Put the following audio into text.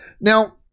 Now